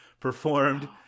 performed